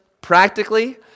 practically